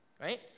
right